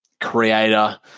creator